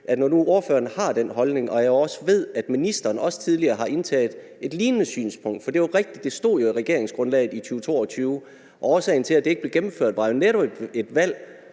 når nu ordføreren har den holdningog jeg også ved, atministeren også tidligere har indtaget et lignende synspunkt. Det er jo rigtigt, at det stod i regeringsgrundlaget i 2022. Årsagen til, at det ikke blev gennemført, var jo netop, at